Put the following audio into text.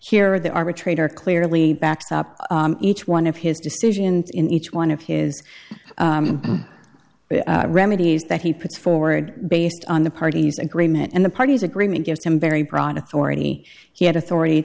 here the arbitrator clearly backs up each one of his decisions in each one of his remedies that he puts forward based on the parties agreement and the parties agreement gives him very broad authority he had authority